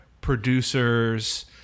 producers